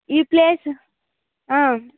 ఈ ప్లేస్